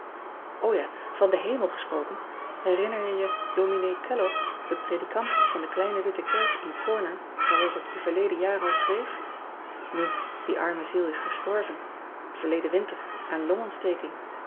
ja van den emel gesproken erinner je je s ellog den predikant van de kleine witte kerk in orner waarover ik je verleden jaar al schreef u die arme ziel is gestorven erleden winter aan longontsteking